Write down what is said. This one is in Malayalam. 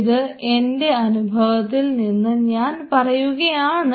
ഇത് എൻറെ അനുഭവത്തിൽ നിന്ന് ഞാൻ പറയുകയാണ്